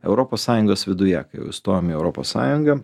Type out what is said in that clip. europos sąjungos viduje kai jau įstojom į europos sąjungą